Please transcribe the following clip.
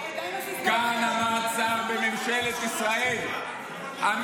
כאן עמד שר בממשלת ישראל -- רון,